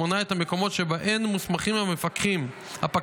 המונה את המקומות שבהם מוסמכים הפקחים